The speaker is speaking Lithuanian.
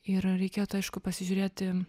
ir reikėtų aišku pasižiūrėti